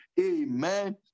Amen